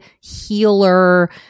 healer